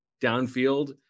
downfield